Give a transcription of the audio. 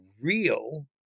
real